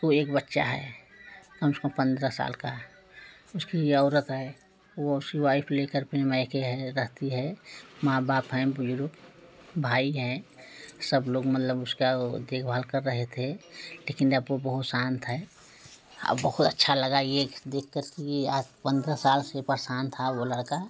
उसको एक बच्चा है कम उसको पंद्रह साल का उसकी औरत है वह उसकी वाइफ लेकर अपने मायके है रहती है माँ बाप है बुजरूप भाई हैं सब लोग मतलब उसका देखभाल कर रहे थे लेकिन अब वह बहुत शांत है आ बहुत अच्छा लगा यह देखकर कि आज पंद्रह साल से परेशान था वह लड़का लेकिन